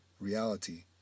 reality